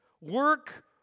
Work